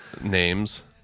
names